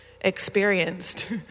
experienced